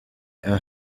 and